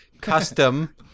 Custom